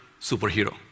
superhero